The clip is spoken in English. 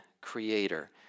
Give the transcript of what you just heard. creator